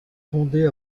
fondée